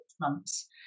months